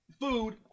Food